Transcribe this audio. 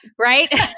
right